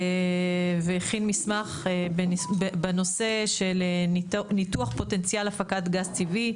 והכין מסמך בנושא של ניתוח פוטנציאל הפקת גז טבעי,